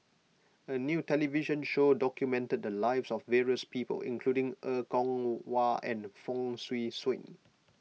a new television show documented the lives of various people including Er Kwong Wah and Fong Swee Suan